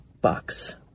bucks